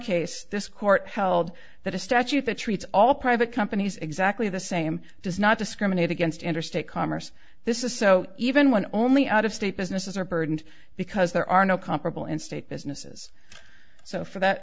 case this court held that a statute that treats all private companies exactly the same does not discriminate against interstate commerce this is so even when only out of state businesses are burdened because there are no comparable in state businesses so for that